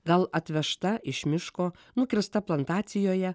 gal atvežta iš miško nukirsta plantacijoje